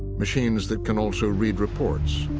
machines that can also read reports,